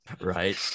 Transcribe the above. right